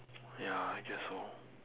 ya I guess so